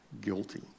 guilty